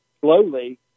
slowly